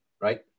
right